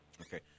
Okay